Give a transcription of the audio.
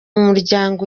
muryango